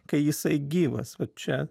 kai jisai gyvas va čia